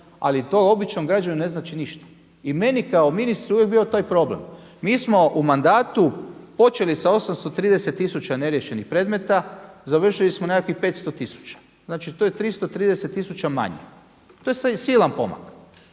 ali to običnom građaninu ne znači ništa. I meni je kao ministru uvijek bio taj problem. Mi smo u mandatu počeli sa 830 tisuća neriješenih predmeta, završili smo nekakvih 500 tisuća, znači to je 330 tisuća manje to je silan pomak.